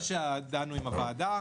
אחרי שדנו עם הוועדה.